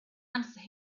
answer